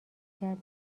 کرد